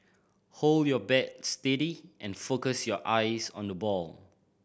hold your bat steady and focus your eyes on the ball